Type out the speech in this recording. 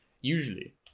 usually